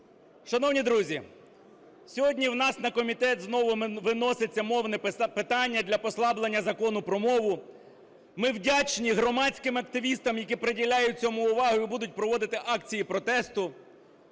Шановні друзі, сьогодні в нас на комітет знову виноситься мовне питання для послаблення Закону про мову. Ми вдячні громадським активістам, які приділяють цьому увагу і будуть проводити акції протесту.